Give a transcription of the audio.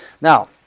Now